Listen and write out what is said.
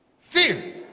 Fear